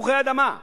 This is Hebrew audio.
תפוחי אדמה,